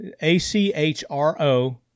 A-C-H-R-O